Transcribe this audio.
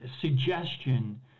suggestion